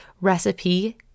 recipe